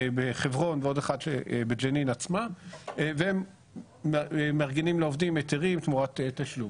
עוד אחד בג'נין עצמה והם מארגנים לעובדים היתרים תמורת תשלום.